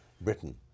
Britain